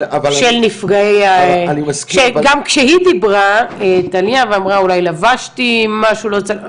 אבל -- שגם כשהיא דיברה טליה - ואמרה אולי לבשתי משהו לא צנוע,